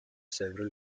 several